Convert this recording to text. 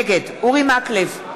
נגד אורי מקלב,